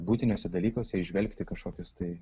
buitiniuose dalykuose įžvelgti kažkokius tai